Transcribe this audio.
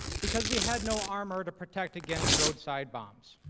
because we had no armor to protect against roadside bombs.